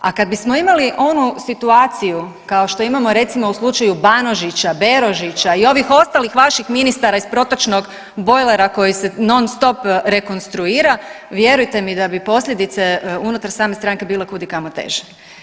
A kad bismo imali onu situaciju kao što imamo recimo u slučaju Banožića, Berožiša i ovih ostalih vaših ministara iz protočnog bojlera koji se non stop rekonstruira vjerujte mi da bi posljedice unutar same stranke bile kud i kamo teže.